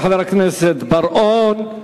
תודה לחבר הכנסת בר-און.